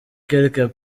quelque